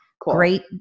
Great